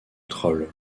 troll